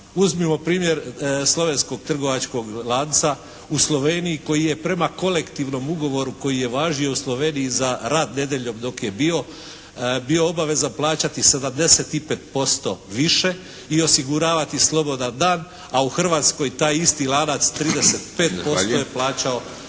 Uzmimo primjer slovenskog trgovačkog lanca u Sloveniji koji je prema kolektivnom ugovoru koji je važio u Sloveniji za rad nedjeljom dok je bio, bio obaveza plaćati 75% više i osiguravati slobodan dan, a u Hrvatskoj taj isti lanac …… /Upadica: